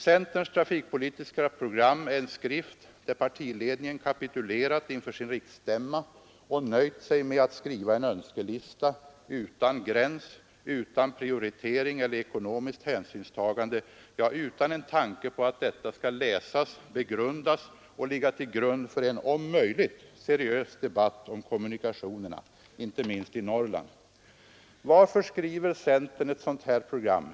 Centerns trafikpolitiska program är en skrift där partiledningen kapitulerat inför sin riksstämma och nöjt sig med att skriva en önskelista utan gräns, utan prioriteringar, utan ekonomiskt hänsynstagande — ja, utan en tanke på att detta skall läsas, begrundas och ligga till grund för en om möjligt seriös debatt om kommunikationerna inte minst i Norrland. Varför skriver centern ett sådant här program?